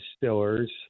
distillers